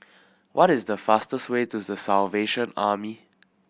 what is the fastest way to The Salvation Army